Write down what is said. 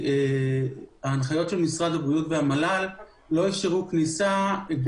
ההנחיות של משרד הבריאות והמל"ל לא אפשרו כניסה.